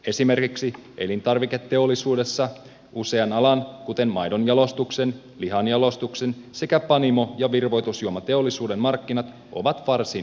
esimerkiksi elintarviketeollisuudessa usean alan kuten maidonjalostuksen lihanjalostuksen sekä panimo ja virvoitusjuomateollisuuden markkinat ovat varsin keskittyneet